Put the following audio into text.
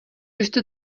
jste